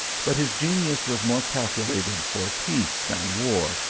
but his genius was more calculated for peace than war,